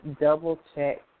double-check